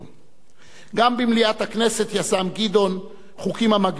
גם במליאת הכנסת יזם גדעון חוקים המגבילים את העישון,